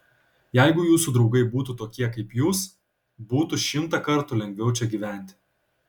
jeigu jūsų draugai būtų tokie kaip jūs būtų šimtą kartų lengviau čia gyventi